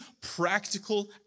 practical